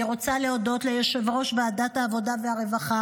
אני רוצה להודות ליושב-ראש ועדת העבודה והרווחה,